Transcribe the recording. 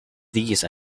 these